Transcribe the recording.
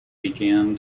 began